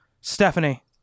Stephanie